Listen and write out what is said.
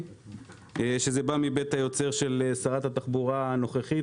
שזה בא מבית היוצר של שרת התחבורה הנוכחית.